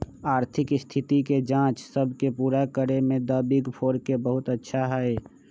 आर्थिक स्थिति के जांच सब के पूरा करे में द बिग फोर के बहुत अच्छा हई